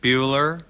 Bueller